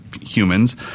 humans